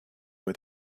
with